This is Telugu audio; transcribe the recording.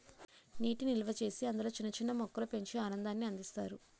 నీటి నిల్వచేసి అందులో చిన్న చిన్న మొక్కలు పెంచి ఆనందాన్ని అందిస్తారు